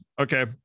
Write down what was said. okay